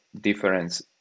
difference